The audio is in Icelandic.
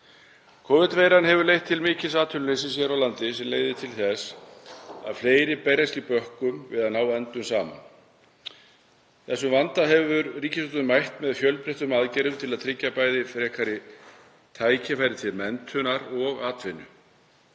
Covid-veiran hefur leitt til mikils atvinnuleysis hér á landi sem leiðir til þess að fleiri berjast í bökkum við að ná endum saman. Þeim vanda hefur ríkisstjórnin mætt með fjölbreyttum aðgerðum til að tryggja bæði frekari tækifæri til menntunar og atvinnu.